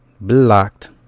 Blocked